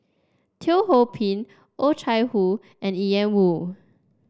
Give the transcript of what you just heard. Teo Ho Pin Oh Chai Hoo and Ian Woo